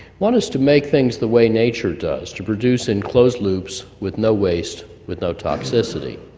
one is to make things the way nature does to produce in closed loops with no waste, with no toxicity.